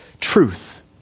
truth